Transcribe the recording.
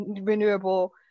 renewable